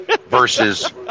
Versus